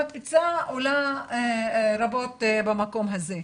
המקפצה עולה רבות במקום הזה.